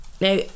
Now